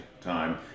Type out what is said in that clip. time